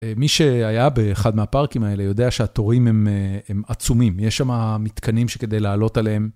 מי שהיה באחד מהפרקים האלה יודע שהתורים הם עצומים, יש שם מתקנים שכדי לעלות עליהם.